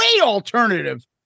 alternative